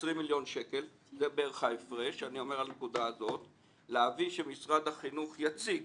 זה בערך ההפרש להביא לכך שמשרד החינוך יציג